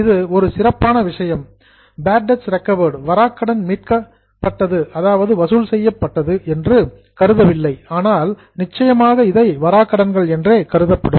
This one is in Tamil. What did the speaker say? இது ஒரு சிறப்பான விஷயம் பேட் டெட் ரெக்கவர்ட் வாராக்கடன் மீட்டெடுக்கப்பட்டது அதாவது வசூல் செய்யப்பட்டது என்று கருதவில்லை ஆனால் நிச்சயமாக இதை வராக்கடன்கள் என்றே கருதப்படும்